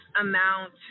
amount